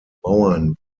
wurden